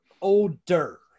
older